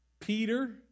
Peter